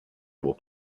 will